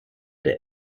der